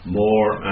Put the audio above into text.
more